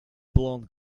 blonde